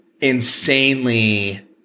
Insanely